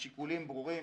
השיקולים ברורים.